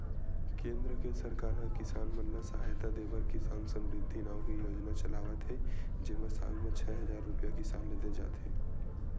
केंद्र के सरकार ह किसान मन ल सहायता देबर किसान समरिद्धि नाव के योजना चलावत हे जेमा साल म छै हजार रूपिया किसान ल दे जाथे